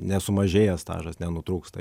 nesumažėja stažas nenutrūksta